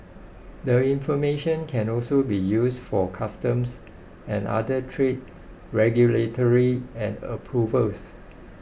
their information can also be used for customs and other trade regulatory and approvals